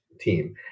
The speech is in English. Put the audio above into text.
team